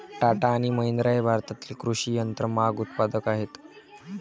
टाटा आणि महिंद्रा हे भारतातील कृषी यंत्रमाग उत्पादक आहेत